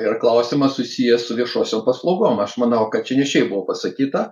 ir klausimas susijęs su viešosiom paslaugom aš manau kad čia ne šiaip buvo pasakyta